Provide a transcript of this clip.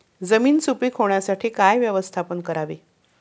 जमीन सुपीक होण्यासाठी काय व्यवस्थापन करावे?